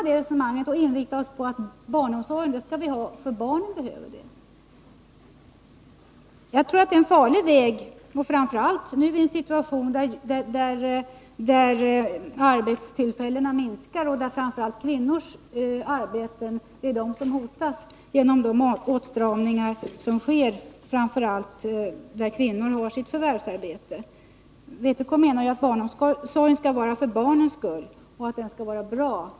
Det är en farlig väg, speciellt i en situation där antalet arbetstillfällen minskar och där framför allt kvinnornas arbeten hotas genom de åtstramningar som sker i deras förvärvsarbeten. Skall vi inte lämna detta resonemang och inrikta oss på att barnomsorgen skall vara till därför att barnen behöver den? Det menar i alla fall vpk.